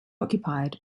occupied